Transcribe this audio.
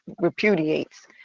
repudiates